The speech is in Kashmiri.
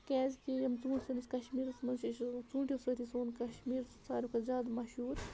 کیٛازِکہِ یِم ژوٗنٛٹھۍ سٲنِس کشمیٖرس منٛز چھِ ژوٗٹھو سۭتی سون کشمیٖر ساروی کھۄتہٕ زیادٕ مَشہوٗر